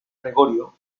gregorio